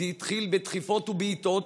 זה התחיל בדחיפות ובבעיטות,